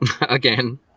again